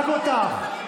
רק אותך.